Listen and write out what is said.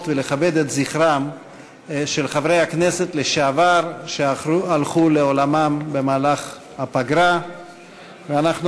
חברי הכנסת לשעבר שהלכו לעולמם במהלך הפגרה ולכבד את זכרם,